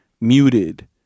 muted